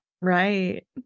Right